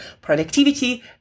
productivity